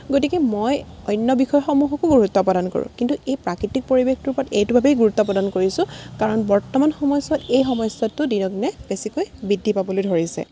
গতিকে মই অন্য বিষয়সমূহকো গুৰুত্ব প্ৰদান কৰোঁ কিন্তু এই প্ৰাকৃতিক পৰিৱেশটোৰ ওপৰত এইটোৰ বাবে গুৰুত্ব প্ৰদান কৰিছোঁ কাৰণ বৰ্তমান সময়চোৱাত এই সমস্যাটো দিনক দিনে বেছিকৈ বৃদ্ধি পাবলৈ ধৰিছে